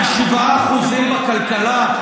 של 7% בכלכלה,